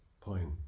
point